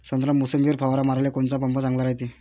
संत्रा, मोसंबीवर फवारा माराले कोनचा पंप चांगला रायते?